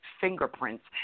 fingerprints